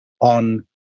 on